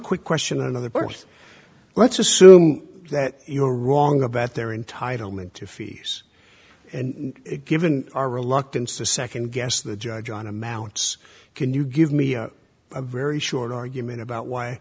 quick question of the birth let's assume that you're wrong about their entitlement to fees and given our reluctance to second guess the judge on amounts can you give me a very short argument about why